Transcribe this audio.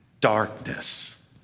darkness